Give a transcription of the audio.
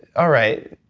all right,